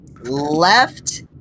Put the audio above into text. left